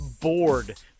bored